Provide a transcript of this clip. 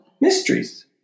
Mysteries